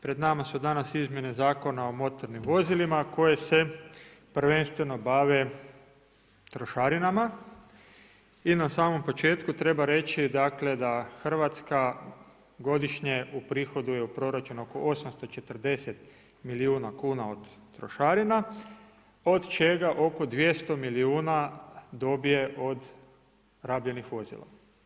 Pred nama su danas izmjene Zakona o motornim vozilima koje se prvenstveno bave trošarinama i na samom početku treba reći da Hrvatska godišnje uprihoduje u proračun oko 840 milijuna kuna od trošarina od čega oko 200 milijuna dobije od rabljenih vozila.